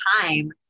time